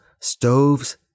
stoves